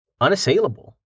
unassailable